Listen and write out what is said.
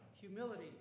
humility